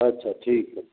अच्छा ठीक है